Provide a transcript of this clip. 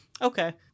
Okay